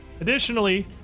Additionally